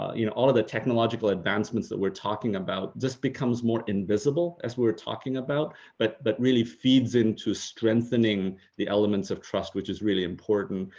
you know, all of the technological advancements that we're talking about this becomes more invisible as we're talking about but but really feeds into strengthening the elements of trust, which is really important.